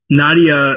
nadia